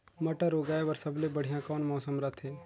मटर उगाय बर सबले बढ़िया कौन मौसम रथे?